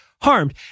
harmed